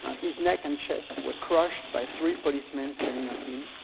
his neck and chest were crushed by three policemen standing on him.